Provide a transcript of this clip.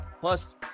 plus